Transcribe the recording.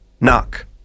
knock